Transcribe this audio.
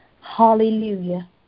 hallelujah